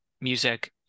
music